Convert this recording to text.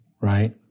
right